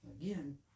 Again